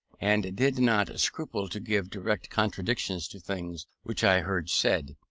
and did not scruple to give direct contradictions to things which i heard said.